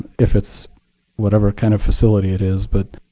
if it's whatever kind of facility it is. but